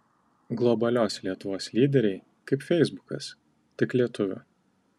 globalios lietuvos lyderiai kaip feisbukas tik lietuvių